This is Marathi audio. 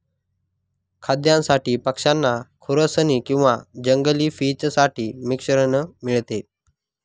खाद्यासाठी पक्षांना खुरसनी किंवा जंगली फिंच साठी मिश्रण मिळते